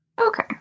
Okay